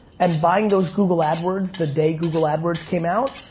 and buying those google adwords the day google adwords came out,